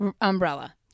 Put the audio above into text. umbrella